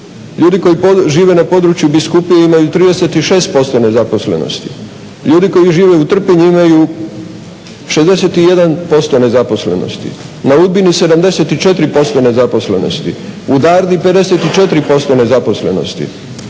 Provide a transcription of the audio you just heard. ljudi koji žive na području Biskupije imaju 36% nezaposlenosti, ljudi koji žive u Trpinji imaju 61% nezaposlenosti, na Udbini 74% nezaposlenosti, u Darni 54% nezaposlenosti